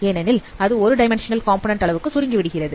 ஏனெனில் அது ஒரு டைமண்ட்சனல் காம்போநன்ண்ட் அளவுக்கு சுருக்கி விடுகிறது